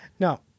No